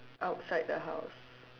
outside the house